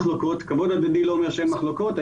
כבוד הדדי לא אומר שאין מחלוקות.